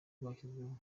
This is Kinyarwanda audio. bwashyizweho